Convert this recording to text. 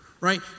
right